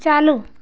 चालू